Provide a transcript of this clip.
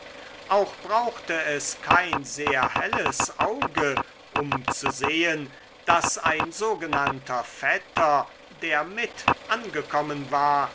auch brauchte es kein sehr helles auge um zu sehen daß ein sogenannter vetter der mit angekommen war